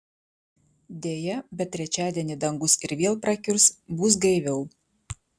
deja bet trečiadienį dangus ir vėl prakiurs bus gaiviau